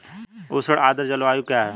उष्ण आर्द्र जलवायु क्या है?